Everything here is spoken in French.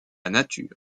nature